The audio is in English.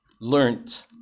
learned